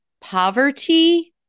poverty